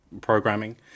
programming